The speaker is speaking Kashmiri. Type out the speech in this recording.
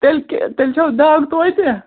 تیٚلہِ تیٚلہِ چھَو دَگ توتہِ